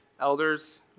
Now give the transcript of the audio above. elders